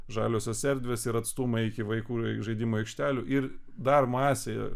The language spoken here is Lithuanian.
žaliosios erdvės ir atstumai iki vaikų žaidimų aikštelių ir dar masė